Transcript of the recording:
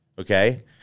okay